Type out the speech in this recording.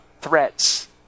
threats